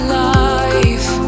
life